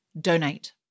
Donate